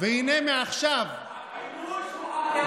הכיבוש הוא הטרור.